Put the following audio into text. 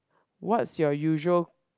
what's your usual